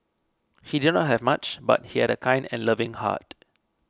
he did not have much but he had a kind and loving heart